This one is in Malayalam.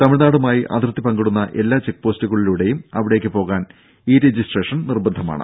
തമിഴ്നാടുമായി അതിർത്തി പങ്കിടുന്ന എല്ലാ ചെക്ക്പോസ്റ്റുകളിലൂടെയും അവിടേക്ക് പോകാൻ ഇ രജിസ്ട്രേഷൻ നിർബന്ധമാണ്